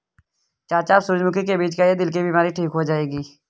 चाचा आप सूरजमुखी के बीज खाइए, दिल की बीमारी ठीक हो जाएगी